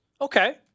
Okay